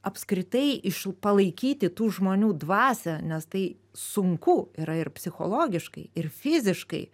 apskritai iš palaikyti tų žmonių dvasią nes tai sunku yra ir psichologiškai ir fiziškai